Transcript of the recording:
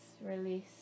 release